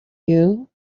you